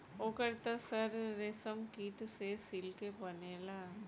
ओकर त सर रेशमकीट से सिल्के बनेला